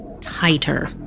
Tighter